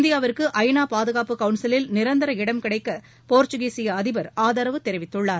இந்தியாவிற்கு ஐ நா பாதுகாப்பு கவுன்சிலில் நிரந்தர இடம் கிடைக்க போர்சுகீய அதிபா் ஆதரவு தெரிவித்துள்ளார்